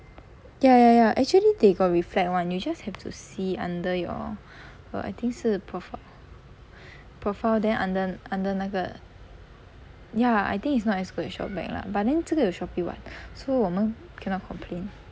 ya ya ya actually they got reflect [one] you just have to see under your err I think 是 profile profile then under under 那个 ya I think it's not as good as ShopBack lah but then 这个有 Shopee [what] so 我们 cannot complain